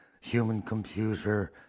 human-computer